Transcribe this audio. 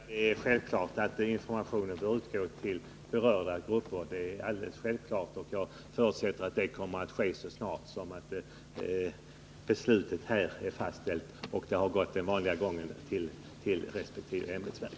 Herr talman! Ja, det är självklart att informationen bör utgå till berörda grupper. Jag förutsätter att detta kommer att ske så snart som beslutet här är fattat och på den vanliga vägen har nått fram till resp. ämbetsverk.